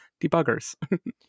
debuggers